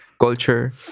culture